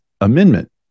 Amendment